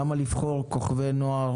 למה לבחור כוכבי נוער